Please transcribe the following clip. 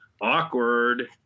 awkward